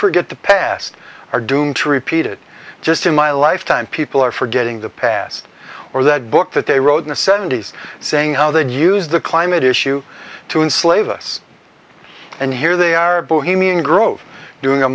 forget the past are doomed to repeat it just in my lifetime people are forgetting the past or that book that they wrote in the seventy's saying how they'd use the climate issue to enslave us and here they are a bohemian grove doing a